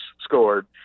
scored